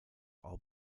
all